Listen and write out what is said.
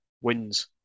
wins